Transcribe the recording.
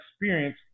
experience